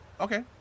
Okay